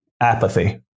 apathy